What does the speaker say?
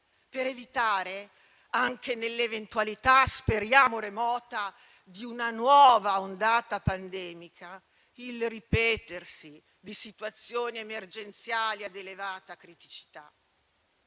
per evitare, anche nell'eventualità - speriamo remota - di una nuova ondata pandemica, il ripetersi di situazioni emergenziali ad elevata criticità.